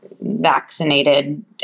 vaccinated